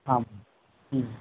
आम्